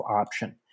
option